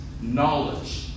knowledge